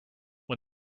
when